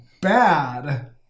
Bad